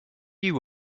you